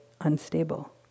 unstable